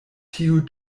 tiu